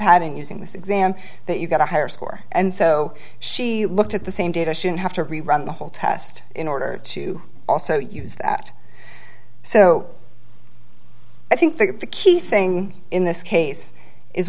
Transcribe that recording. had in using this exam that you got a higher score and so she looked at the same data shouldn't have to rerun the whole test in order to also use that so i think the key thing in this case is